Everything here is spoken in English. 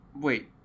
wait